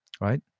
right